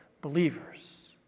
believers